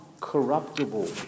corruptible